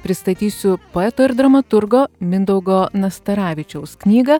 pristatysiu poeto ir dramaturgo mindaugo nastaravičiaus knygą